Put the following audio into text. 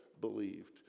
believed